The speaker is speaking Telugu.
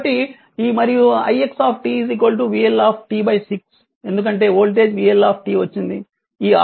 కాబట్టి మరియు ix vL 6 ఎందుకంటే వోల్టేజ్ vL వచ్చింది